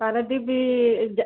Paradip